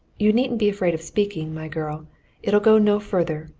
you needn't be afraid of speaking, my girl it'll go no further,